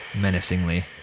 menacingly